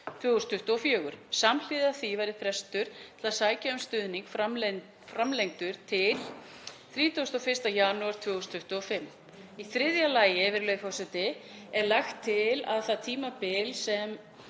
2024. Samhliða því verði frestur til að sækja um stuðning framlengdur til 31. janúar 2025. Í þriðja lagi, virðulegi forseti, er lagt til að það tímabil sem